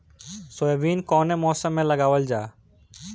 Soybean कौने मौसम में लगावल जा?